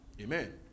Amen